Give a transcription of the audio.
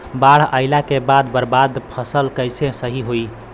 बाढ़ आइला के बाद बर्बाद फसल कैसे सही होयी?